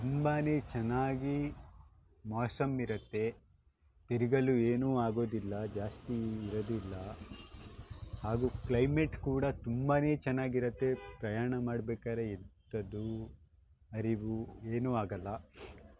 ತುಂಬನೇ ಚೆನ್ನಾಗಿ ಮೋಸಮ್ ಇರುತ್ತೆ ತಿರುಗಲು ಏನೂ ಆಗೋದಿಲ್ಲ ಜಾಸ್ತಿ ಇರೋದಿಲ್ಲ ಹಾಗೂ ಕ್ಲೈಮೇಟ್ ಕೂಡ ತುಂಬನೇ ಚೆನ್ನಾಗಿರುತ್ತೆ ಪ್ರಯಾಣ ಮಾಡ್ಬೇಕಾದ್ರೆ ಎಂಥದ್ದು ಅರಿವು ಏನೂ ಆಗಲ್ಲ